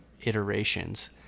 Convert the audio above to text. iterations